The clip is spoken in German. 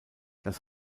das